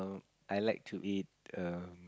I like to eat um